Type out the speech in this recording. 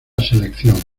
selección